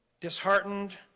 disheartened